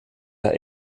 der